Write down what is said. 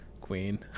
Queen